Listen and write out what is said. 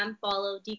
follow